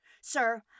sir